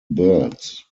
birds